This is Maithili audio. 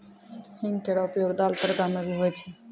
हींग केरो उपयोग दाल, तड़का म भी होय छै